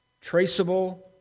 traceable